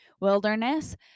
wilderness